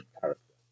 character